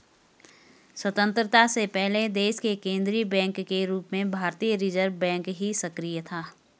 स्वतन्त्रता से पहले देश के केन्द्रीय बैंक के रूप में भारतीय रिज़र्व बैंक ही सक्रिय था